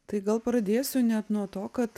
tai gal pradėsiu net nuo to kad